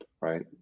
right